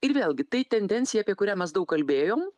ir vėlgi tai tendencija apie kurią mes daug kalbėjom